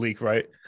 right